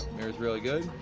mirror's really good.